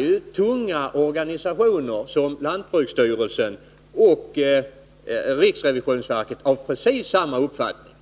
Och tunga instanser som lantbruksstyrelsen och riksrevisionsverket har precis samma uppfattning.